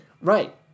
Right